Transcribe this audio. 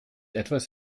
etwas